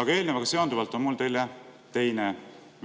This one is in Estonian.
Aga eelnevaga seonduvalt on mul teile teine,